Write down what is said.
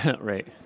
Right